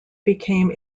became